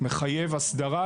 מחייב אסדרה.